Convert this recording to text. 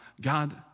God